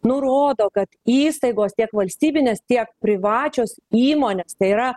nurodo kad įstaigos tiek valstybinės tiek privačios įmonės tai yra